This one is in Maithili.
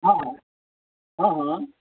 हँ हँ हँ हँ